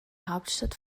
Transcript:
hauptstadt